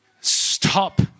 stop